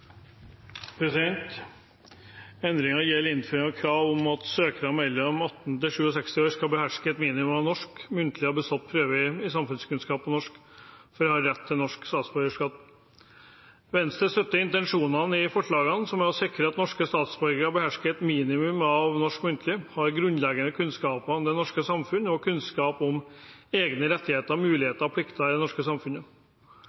Endringen gjelder innføring av krav om at søkere mellom 18 og 67 år skal beherske et minimum av norsk muntlig og ha bestått prøve i samfunnskunnskap og norsk for å ha rett til norsk statsborgerskap. Venstre støtter intensjonene i forslagene, som er å sikre at norske statsborgere behersker et minimum av norsk muntlig, har grunnleggende kunnskaper om det norske samfunnet og kunnskap om egne rettigheter, muligheter og plikter i det norske samfunnet.